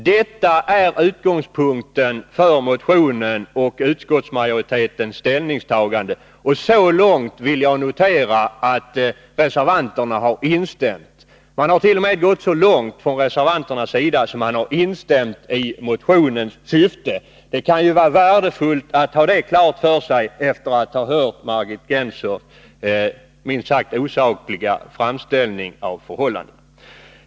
Detta är utgångspunkten för motionen och utskottsmajoritetens ställningstagande, och så långt vill jag notera att reservanterna har instämt. De hart.o.m. gått så långt att de har instämt i motionens syfte. Det kan vara värdefullt att ha det klart för sig efter att ha hört Margit Gennsers minst sagt osakliga framställning av förhållandena.